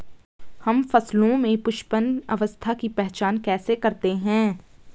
हम फसलों में पुष्पन अवस्था की पहचान कैसे करते हैं?